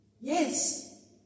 Yes